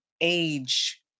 age